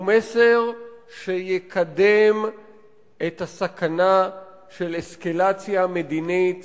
הוא מסר שיקדם את הסכנה של אסקלציה מדינית